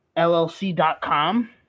llc.com